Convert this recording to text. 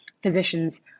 physicians